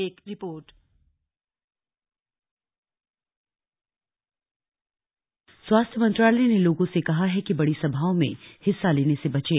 एक रिपोर्ट स्वास्थ्य मंत्रालय ने लोगों से कहा है कि बड़ी सभाओं में हिस्सा लेने से बचें